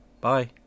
Bye